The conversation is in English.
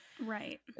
Right